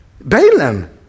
Balaam